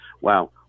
Wow